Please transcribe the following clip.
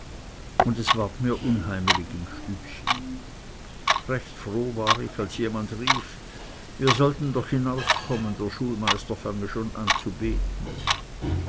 und es ward mir unheimelig im stübchen recht froh war ich als jemand rief wir sollten doch hinauskommen der schulmeister fange schon an zu beten